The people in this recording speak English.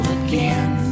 again